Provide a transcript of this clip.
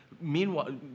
meanwhile